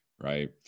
right